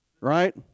right